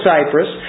Cyprus